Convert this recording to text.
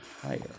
higher